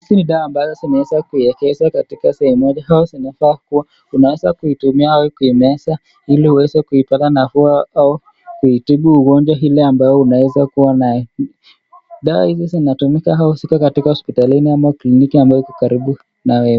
Hizi ni dawa ambazo zimeweza kuiekeza katika sehemu moja, au zinaweza kuwa unaeza kuitumia kuimesa, ili uweze kuipata nafuu au, uitubu ile ugonjwa ambayo unaeza kuwa naye, dawa hizi zinatumika au ziko katika hospitalini au kliniki, ambayo iko karibu, na wewe.